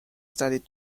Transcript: started